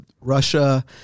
Russia